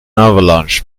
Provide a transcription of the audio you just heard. avalanche